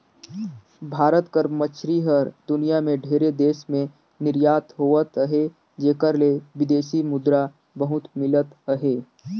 भारत कर मछरी हर दुनियां में ढेरे देस में निरयात होवत अहे जेकर ले बिदेसी मुद्रा बहुत मिलत अहे